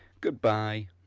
Goodbye